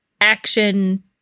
action